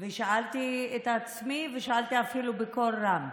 שאלתי את עצמי, ושאלתי אפילו בקול רם: